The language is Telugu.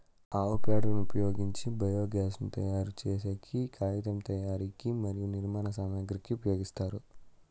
ఆవు పేడను ఉపయోగించి బయోగ్యాస్ ను తయారు చేసేకి, కాగితం తయారీకి మరియు నిర్మాణ సామాగ్రి కి ఉపయోగిస్తారు